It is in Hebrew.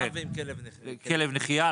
שלושה ילדים וכלב נחיה,